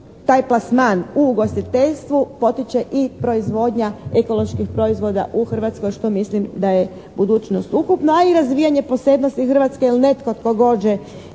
taj plasman u ugostiteljstvu potiče i proizvodnja ekoloških proizvoda u Hrvatskoj što mislim da je budućnost ukupno, a i razvijanje posebnosti Hrvatske jer netko tko dođe